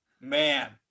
Man